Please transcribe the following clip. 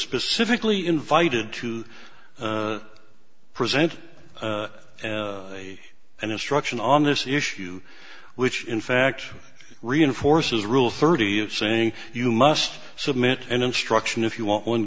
specifically invited to present an instruction on this issue which in fact reinforces rule thirty of saying you must submit an instruction if you want one